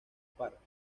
párrafo